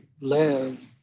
live